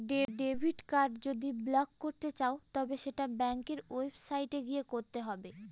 debit card যদি block করতে চাও তবে সেটা ব্যাঙ্কের ওয়েবসাইটে গিয়ে করতে হবে